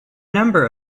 number